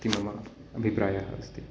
इति मम अभिप्रायः अस्ति